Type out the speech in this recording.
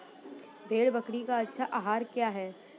भेड़ बकरी का अच्छा आहार क्या है?